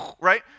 right